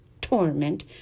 torment